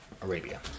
Arabia